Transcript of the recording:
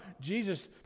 Jesus